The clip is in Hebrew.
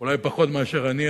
אולי פחות מאשר אני,